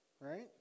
right